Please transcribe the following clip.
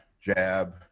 jab